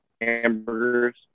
hamburgers